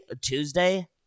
Tuesday